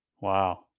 Wow